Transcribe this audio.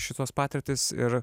šitos patirtys ir